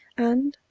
and,